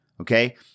okay